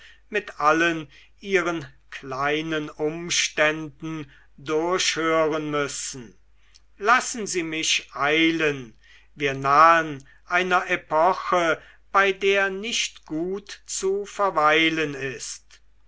mit allen ihren kleinen umständen durchhören müssen lassen sie mich eilen wir nahen einer epoche bei der nicht gut zu verweilen ist